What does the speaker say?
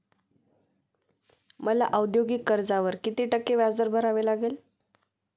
मला औद्योगिक कर्जावर किती टक्के व्याज भरावे लागेल?